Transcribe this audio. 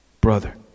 brother